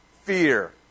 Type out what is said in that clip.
fear